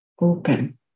open